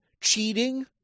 cheating